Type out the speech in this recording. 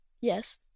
Yes